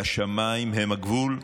והשמיים הם הגבול.